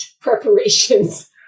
preparations